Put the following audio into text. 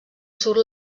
surt